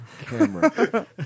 camera